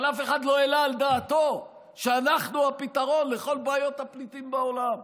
אבל אף אחד לא העלה על דעתו שאנחנו הפתרון לכל בעיות הפליטים בעולם.